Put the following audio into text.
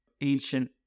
ancient